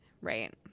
Right